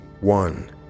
one